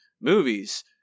movies